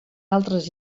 altres